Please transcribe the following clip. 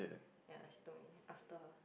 ya she told me after